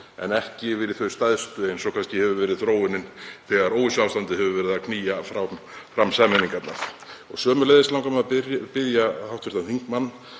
en ekki yfir í þau stærstu eins og kannski hefur verið þróunin þegar óvissuástandið hefur verið að knýja fram sameiningarnar? Sömuleiðis langar mig að spyrja hv. þingmann